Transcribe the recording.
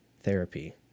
Therapy